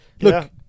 Look